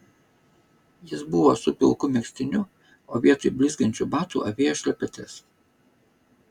jis buvo su pilku megztiniu o vietoj blizgančių batų avėjo šlepetes